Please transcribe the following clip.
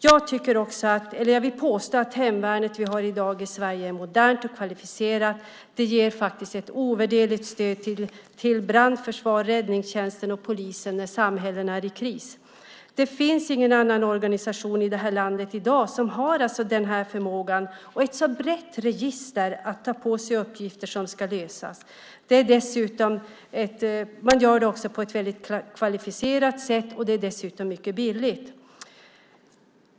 Jag vill påstå att det hemvärn vi har i dag i Sverige är modernt och kvalificerat. Det ger ett ovärderligt stöd till brandförsvar, räddningstjänst och polis när samhällen är i kris. Det finns ingen annan organisation i landet i dag som har denna förmåga och ett så brett register att kunna ta på sig uppgifter som ska lösas. Man gör det också på ett mycket kvalificerat sätt. Det är dessutom mycket billigt.